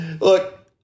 Look